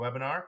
webinar